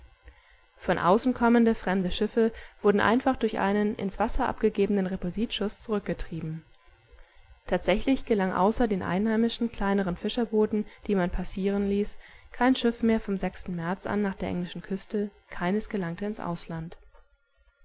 von außen kommende fremde schiffe wurden einfach durch einen ins wasser abgegebenen repulsitschuß zurückgetrieben tatsächlich gelangte außer den einheimischen kleineren fischerbooten die man passieren ließ kein schiff mehr vom märz an nach der englischen küste keines gelangte ins ausland